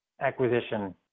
acquisition